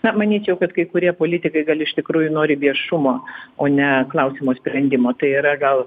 na manyčiau kad kai kurie politikai gal iš tikrųjų nori viešumo o ne klausimo sprendimo tai yra gal